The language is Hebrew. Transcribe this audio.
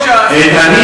אתה לא תאמין.